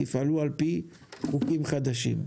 תפעלו על פי חוקים חדשים.